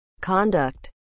conduct